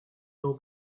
know